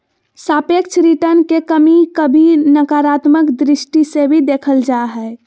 सापेक्ष रिटर्न के कभी कभी नकारात्मक दृष्टि से भी देखल जा हय